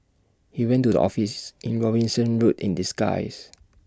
he went to the office in Robinson road in disguise